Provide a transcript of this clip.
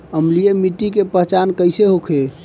अम्लीय मिट्टी के पहचान कइसे होखे?